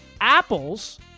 Apples